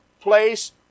place